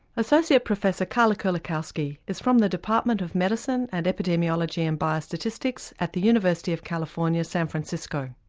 associate professor karla kerlikowske is from the department of medicine and epidemiology and biostatistics at the university of california, san francisco.